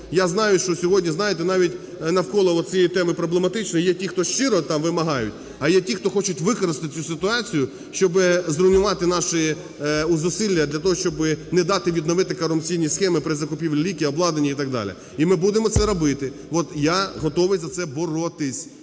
навіть навколо от цієї теми проблематичної є ті, хто щиро, там, вимагають, а є ті, хто хочуть використати цю ситуацію, щоб зруйнувати наші зусилля для того, щоб не дати відновити корупційні схеми при закупівлі ліків, обладнання і так далі. І ми будемо це робити, вот, я готовий за це боротись.